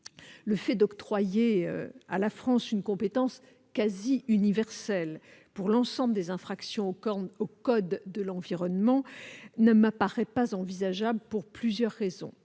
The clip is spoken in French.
rectifié, octroyer à la France une compétence quasiment universelle pour l'ensemble des infractions au code de l'environnement ne me paraît pas envisageable, pour plusieurs motifs.